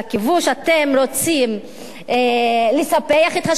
אתם רוצים לספח את השטח,